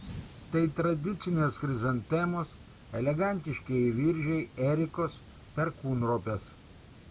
tai tradicinės chrizantemos elegantiškieji viržiai erikos perkūnropės